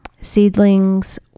Seedlings